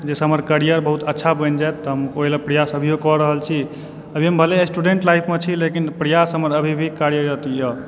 जाहिसँ हमर करियर बहुत अच्छा बनि जाय तऽ हम ओहिला प्रयास अभियो कऽ रहल छी अभी हम भले स्टुडेन्ट लाइफमे छी लेकिन प्रयास हमर अभी भी कार्यरत यऽ